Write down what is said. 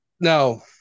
now